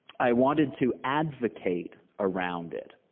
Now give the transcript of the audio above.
i wanted to advocate around it,